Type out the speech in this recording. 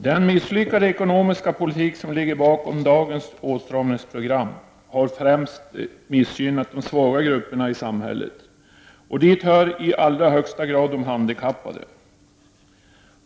Herr talman! Den misslyckade ekonomiska politik som ligger bakom dagens åtstramningsprogram har främst missgynnat de svaga grupperna i samhället. Dit hör i allra högsta grad de handikappade.